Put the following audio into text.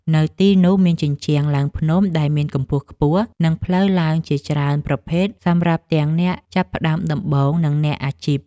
នៅទីនោះមានជញ្ជាំងឡើងភ្នំដែលមានកម្ពស់ខ្ពស់ និងផ្លូវឡើងជាច្រើនប្រភេទសម្រាប់ទាំងអ្នកចាប់ផ្ដើមដំបូង និងអ្នកអាជីព។